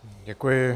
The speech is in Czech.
Děkuji.